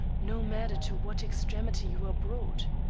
no matter to what extremity you are brought.